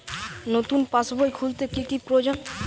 নতুন পাশবই খুলতে কি কি প্রয়োজন?